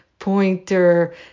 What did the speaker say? Pointer